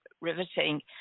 riveting